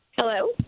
Hello